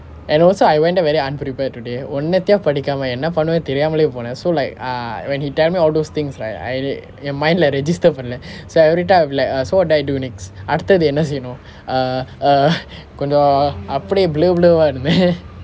and also I went there very unprepared today ஒண்ணுத்தையும் படிக்காம என்ன பன்னன்னு தெரியாமலே போனேன்:onnuthaiyum padikkaama enna pannanu theriyaalamalae ponen so like uh when he tell me all those things right I என்:en mind இல்லே:illae register பண்ணலே:pannalae so everytime I will be like err so what do I do next after the அடுத்தது என்ன செய்யணும்:aduthathu enna seyyanum err err கொஞ்சம் அப்படியே:koncham appadiye blur blur [one] leh